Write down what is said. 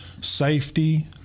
safety